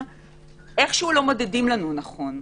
איכשהו לא מודדים לנו נכון.